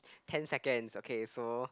ten seconds okay so